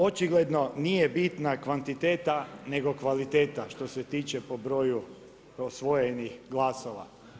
Očigledno nije bitna kvantiteta nego kvaliteta što se tiče po broju osvojenih glasova.